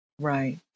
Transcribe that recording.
Right